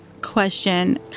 question